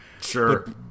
sure